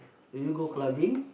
will you go clubbing